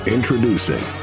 Introducing